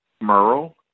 Merle